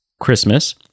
Christmas